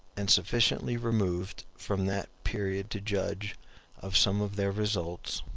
and sufficiently removed from that period to judge of some of their results,